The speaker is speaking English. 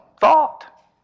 thought